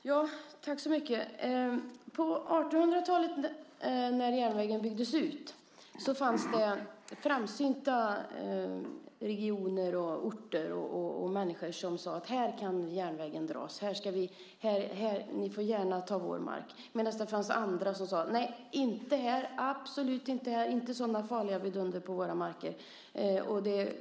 Herr talman! På 1800-talet, när järnvägen byggdes ut, fanns det framsynta regioner, orter och människor som sade att här kan järnvägen dras. Ni får gärna ta vår mark. Medan det fanns andra som sade: Nej, inte här, absolut inte här, inte sådana farliga vidunder på våra marker.